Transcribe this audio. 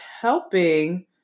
helping